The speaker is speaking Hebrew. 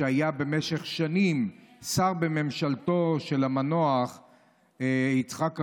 שהיה במשך שנים שר בממשלתו של המנוח יצחק רבין,